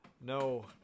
No